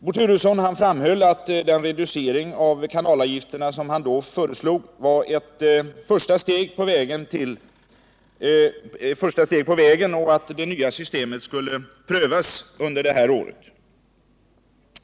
Bo Turesson framhöll att den reducering av kanalavgifterna som han då föreslog var ett första steg på vägen och att det nya systemet skulle prövas under det här året.